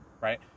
Right